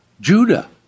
Judah